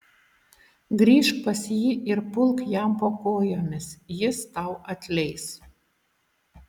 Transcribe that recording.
grįžk pas jį ir pulk jam po kojomis jis tau atleis